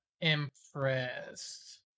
impressed